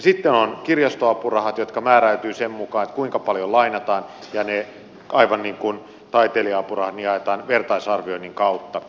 sitten on kirjastoapurahat jotka määräytyvät sen mukaan kuinka paljon lainataan ja ne aivan niin kuin taiteilija apuraha jaetaan vertaisarvioinnin kautta